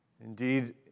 indeed